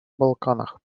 балканах